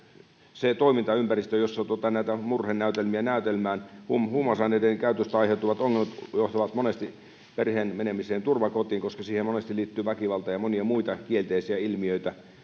se toimintaympäristö jossa näitä murhenäytelmiä näytellään huumausaineiden käytöstä aiheutuvat ongelmat johtavat monesti perheen menemiseen turvakotiin koska siihen monesti liittyy väkivaltaa ja monia muita kielteisiä ilmiöitä